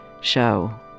show